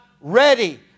ready